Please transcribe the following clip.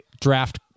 draft